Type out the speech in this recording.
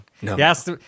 Yes